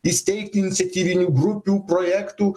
įsteigti iniciatyvinių grupių projektų